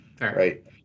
right